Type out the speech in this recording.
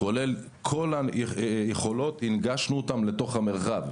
כולל כל היכולות, הנגשנו אותם לתוך המרחב: